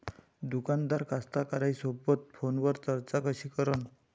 दुकानदार कास्तकाराइसोबत फोनवर चर्चा कशी करन?